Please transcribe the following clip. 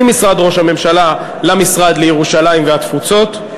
ממשרד ראש הממשלה למשרד לירושלים והתפוצות,